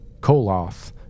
Koloth